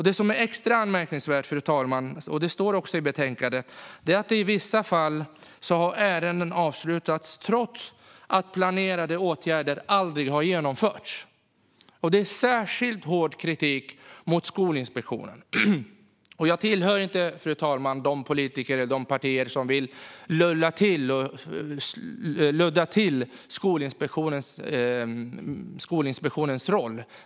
Det som är extra anmärkningsvärt, fru talman, vilket också framgår av betänkandet, är att ärenden i vissa fall har avslutats trots att planerade åtgärder aldrig har genomförts. Det är särskilt hård kritik mot Skolinspektionen. Fru talman! Jag hör inte till de politiker eller partier som vill ludda till Skolinspektionens roll.